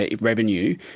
revenue